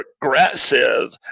progressive